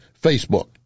Facebook